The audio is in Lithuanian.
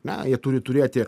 na jie turi turėti